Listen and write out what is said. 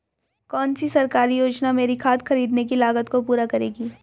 कौन सी सरकारी योजना मेरी खाद खरीदने की लागत को पूरा करेगी?